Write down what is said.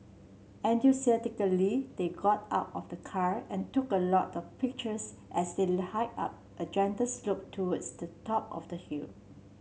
enthusiastically they got out of the car and took a lot of pictures as they hiked up a gentle slope towards the top of the hill